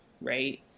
right